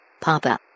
Papa